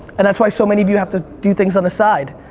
and that's why so many of you have to do things on the side,